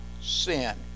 sin